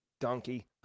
Donkey